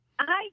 Hi